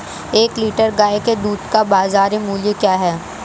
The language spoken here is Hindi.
एक लीटर गाय के दूध का बाज़ार मूल्य क्या है?